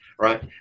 right